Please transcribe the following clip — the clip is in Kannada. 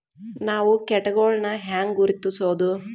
ನಾವ್ ಕೇಟಗೊಳ್ನ ಹ್ಯಾಂಗ್ ಗುರುತಿಸೋದು?